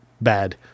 bad